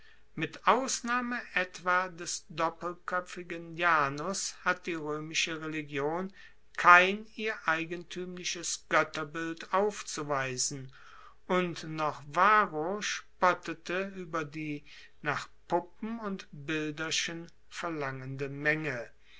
mit ausnahme etwa des doppelkoepfigen janus hat die roemische religion kein ihr eigentuemliches goetterbild aufzuweisen und noch varro spottete ueber die nach puppen und bilderchen verlangende menge